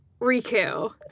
Riku